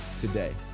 today